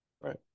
Right